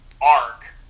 arc